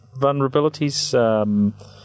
vulnerabilities